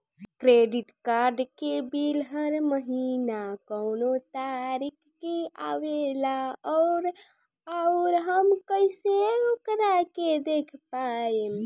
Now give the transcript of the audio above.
Credit card के bill हर महीना कौना तारीक के आवेला और आउर हम कइसे ओकरा के देख पाएम?